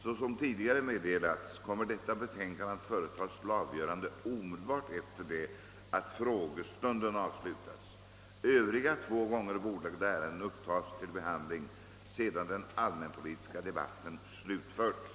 Såsom tidigare meddelats kommer detta betänkande att företas till avgörande omedelbart efter det att frågestunden avslutats. Övriga två gånger bordlagda ärenden upptas till behandling sedan den allmänpolitiska debatten slutförts.